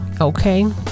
Okay